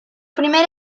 primer